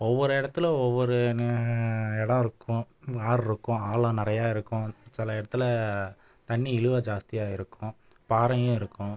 ஒவ்வொரு இடத்துல ஒவ்வொரு நி இடோம் இருக்கும் ஆறு இருக்கும் ஆழம் நிறையா இருக்கும் சில இடத்துல தண்ணி இழுவ ஜாஸ்தியாக இருக்கும் பாறையும் இருக்கும்